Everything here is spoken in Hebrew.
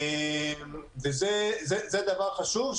זה דבר חשוב,